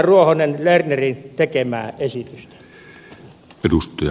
ruohonen lernerin tekemää esitystä